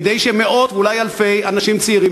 כדי שמאות ואולי אלפי אנשים צעירים